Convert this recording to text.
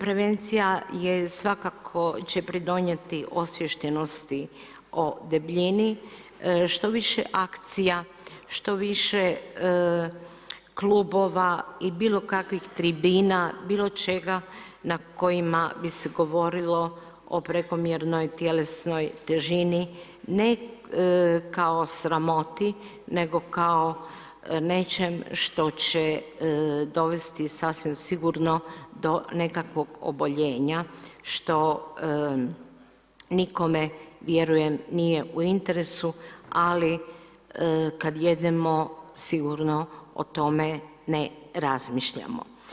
Prevencija, svakako će pridonijeti osviještenosti o debljini, što više akcija, što više klubova i bilo kakvih tribina, bilo čega na kojima bi se govorilo o prekomjernoj tjelesnoj težini ne kao sramoti nego kao nečem što će dovesti sasvim sigurno do nekakvog oboljenja što nikome vjerujem nije u interesu, ali kada jedemo sigurno o tome ne razmišljamo.